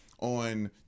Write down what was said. on